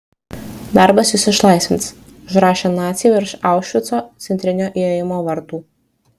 darbas jus išlaisvins užrašė naciai virš aušvico centrinio įėjimo vartų